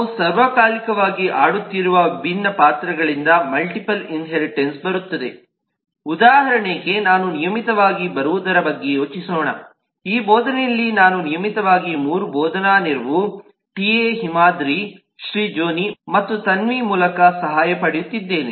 ನಾವು ಸರ್ವಕಾಲಿಕವಾಗಿ ಆಡುತ್ತಿರುವ ವಿಭಿನ್ನ ಪಾತ್ರಗಳಿಂದ ಮಲ್ಟಿಪಲ್ ಇನ್ಹೇರಿಟನ್ಸ್ ಬರುತ್ತದೆ ಉದಾಹರಣೆಗೆ ನಾನು ನಿಯಮಿತವಾಗಿ ಬರುವದರ ಬಗ್ಗೆ ಯೋಚಿಸೋಣ ಈ ಬೋಧನೆಯಲ್ಲಿ ನಾನು ನಿಯಮಿತವಾಗಿ 3 ಬೋಧನಾ ನೆರವು ಟಿಎ ಹಿಮಾದ್ರಿ ಶ್ರೀಜೋನಿ ಮತ್ತು ತನ್ವಿ ಮೂಲಕ ಸಹಾಯ ಪಡೆಯುತ್ತಿದ್ದೇನೆ